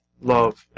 love